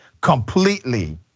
completely